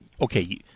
okay